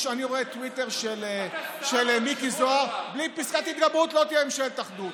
אני רואה טוויטר של מיקי זוהר: בלי פסקת התגברות לא תהיה ממשלת אחדות.